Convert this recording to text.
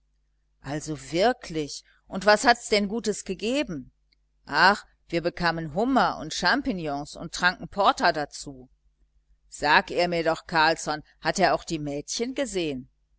also wirklich und was hats denn gutes gegeben ach wir bekamen hummer und champignons und tranken porter dazu sag er mir doch carlsson hat er auch die mädchen gesehen